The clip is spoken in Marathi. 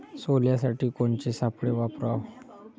सोल्यासाठी कोनचे सापळे वापराव?